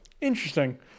interesting